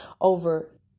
over